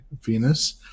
Venus